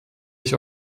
ich